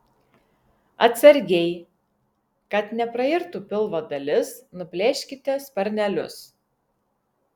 atsargiai kad neprairtų pilvo dalis nuplėškite sparnelius